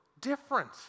different